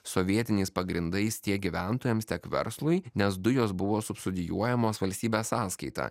sovietiniais pagrindais tiek gyventojams tiek verslui nes dujos buvo subsidijuojamos valstybės sąskaita